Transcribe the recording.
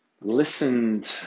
listened